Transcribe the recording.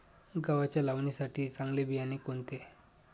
गव्हाच्या लावणीसाठी चांगले बियाणे कोणते?